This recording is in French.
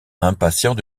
impatient